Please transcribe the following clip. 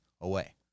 away